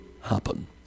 happen